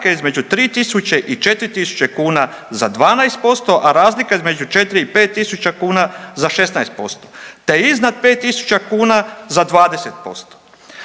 između 3.000 i 4.000 kuna za 12%, a razlika između 4 i 5.000 kuna za 16%, te iznad 5.000 kuna za 20%